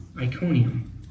Iconium